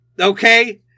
Okay